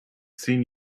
seen